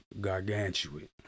gargantuan